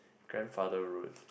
grandfather road